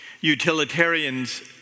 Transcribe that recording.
Utilitarians